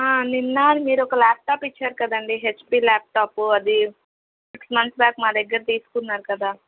నిన్న మీరు ఒక లాప్టాప్ ఇచ్చారు కదండి హెచ్పి లాప్టాప్ అది సిక్స్ మంత్స్ బ్యాక్ మా దగ్గర తీసుకున్నారు కదా